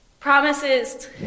Promises